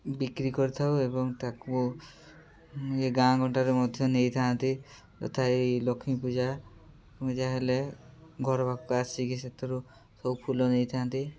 ବିକ୍ରି କରିଥାଉ ଏବଂ ତାକୁ ଇଏ ଗାଁ ଗଣ୍ଡାରୁ ମଧ୍ୟ ନେଇଥାନ୍ତି ଯଥା ଲକ୍ଷ୍ମୀ ପୂଜା ପୂଜା ହେଲେ ଘର ପାଖକୁ ଆସିକି ସେଥିରୁ ସବୁ ଫୁଲ ନେଇଥାନ୍ତି